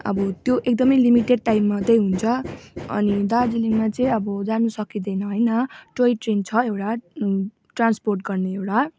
अब त्यो एकदमै लिमिटेड टाइम मात्रै हुन्छ अनि दार्जिलिङमा चाहिँ अब जानु सकिँदैन होइन टोई ट्रेन छ एउटा ट्रान्सपोर्ट गर्ने एउटा